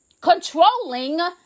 controlling